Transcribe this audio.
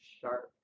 sharp